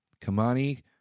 Kamani